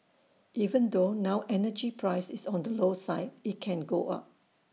even though now energy price is on the low side IT can go up